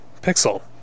pixel